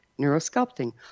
Neurosculpting